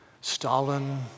Stalin